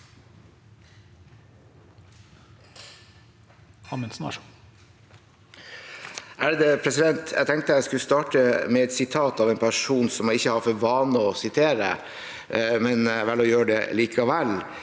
Jeg tenkte jeg skulle starte med et sitat av en person som jeg ikke har for vane å sitere. Jeg velger å gjøre det likevel: